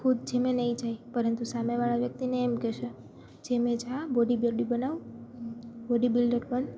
ખુદ જીમે નહીં જાય પરંતુ સામેવાળા વ્યક્તિને એમ કહેશે જીમે જા બોડી બોડી બનાવ બોડીબિલ્ડર બન